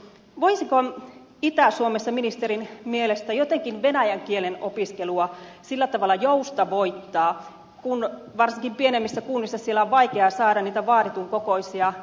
voisiko itä suomessa ministerin mielestä jotenkin venäjän kielen opiskelua joustavoittaa kun varsinkin pienemmissä kunnissa on vaikeaa saada niitä vaaditun kokoisia ryhmäkokoja täyteen